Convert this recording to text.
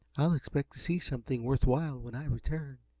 i'll expect to see something worth while, when i return.